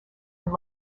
and